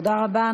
תודה רבה.